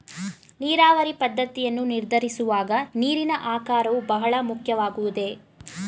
ನೀರಾವರಿ ಪದ್ದತಿಯನ್ನು ನಿರ್ಧರಿಸುವಾಗ ನೀರಿನ ಆಕಾರವು ಬಹಳ ಮುಖ್ಯವಾಗುವುದೇ?